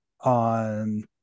on